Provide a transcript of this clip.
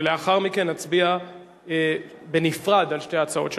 ולאחר מכן נצביע בנפרד על שתי ההצעות שלכם.